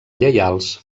lleials